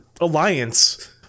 alliance